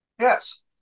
yes